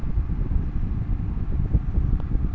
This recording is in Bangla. কোন কোন গবাদি পশুর টীকা করন করা আবশ্যক?